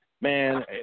Man